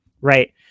right